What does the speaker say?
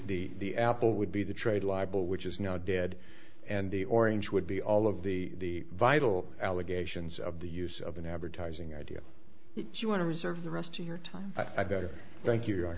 and the apple would be the trade libel which is now dead and the orange would be all of the vital allegations of the use of an advertising idea if you want to reserve the rest of your time i gotta thank you